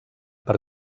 per